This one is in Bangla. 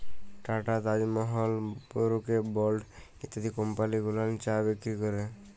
tata, Taj Mahal, Brooke Bond ইত্যাদি কমপালি গুলান চা বিক্রি ক্যরে